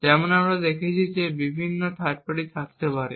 যেমন আমরা দেখেছি যে বিভিন্ন থার্ড পার্টি থাকতে পারে